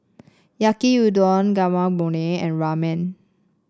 Yaki Udon Guacamole and Ramen